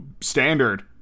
standard